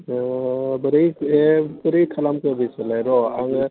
अ बोरै बोरै खालामखो बिसोरलाय र' आङो